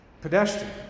pedestrian